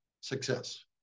success